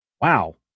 wow